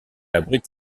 abrite